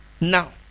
Now